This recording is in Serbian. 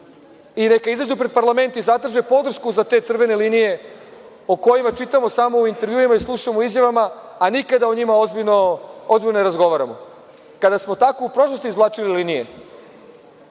izađu pred parlament i zatraže podršku za te crvene linije o kojima čitamo samo u intervjuima i slušamo u izjavama, a nikada o njima ozbiljno ne razgovaramo. Kada smo tako u prošlosti izvlačili linije,